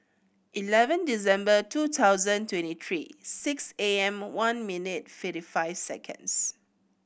eleven December two thousand twenty three six A M One minute fifty five seconds